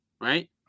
right